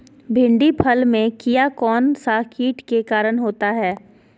भिंडी फल में किया कौन सा किट के कारण होता है?